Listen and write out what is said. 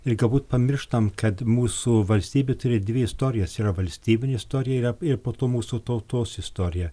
ir galbūt pamirštam kad mūsų valstybė turi dvi istorijas yra valstybinė istorija yra ir po to mūsų tautos istorija